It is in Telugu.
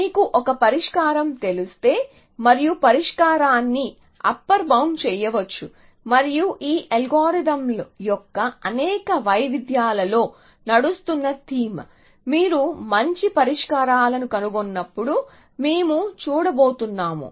మీకు ఒక పరిష్కారం తెలిస్తే మరియు పరిష్కారాన్ని అప్పర్ బౌండ్ చేయవచ్చు మరియు ఈ అల్గోరిథంల యొక్క అనేక వైవిధ్యాలలో నడుస్తున్న థీమ్ మీరు మంచి పరిష్కారాలను కనుగొన్నప్పుడు మేము చూడబోతున్నాము